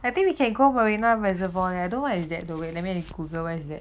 I think we can go marina reservoir and don't is that the way let me Google where's that